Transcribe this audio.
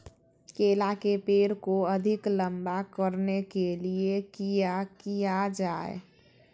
केला के पेड़ को अधिक लंबा करने के लिए किया किया जाए?